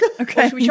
Okay